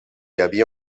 havia